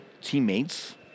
teammates